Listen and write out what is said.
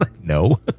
No